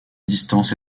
distances